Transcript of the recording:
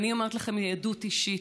ואני אומרת לכם, מעדות אישית: